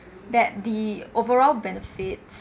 that the overall benefits